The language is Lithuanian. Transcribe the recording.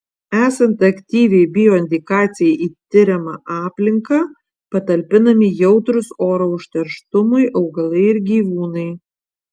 esant aktyviai bioindikacijai į tiriama aplinką patalpinami jautrūs oro užterštumui augalai ir gyvūnai